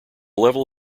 level